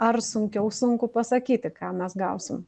ar sunkiau sunku pasakyti ką mes gausim